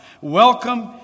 welcome